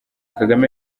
kagame